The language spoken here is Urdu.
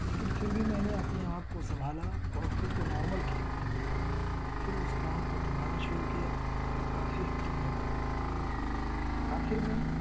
لیکن پھر بھی میں نے اپنے آپ کو سنبھالا اور خود کو نارمل کیا پھر اس کام کو دوبارہ شروع کیا تو وہ کافی حد تک بہتر ہو گیا آخر میں